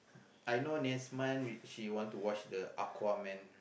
I know Nesmund she want to watch the Aquaman